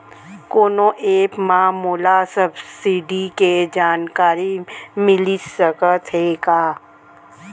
कोनो एप मा मोला सब्सिडी के जानकारी मिलिस सकत हे का?